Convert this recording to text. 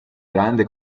grande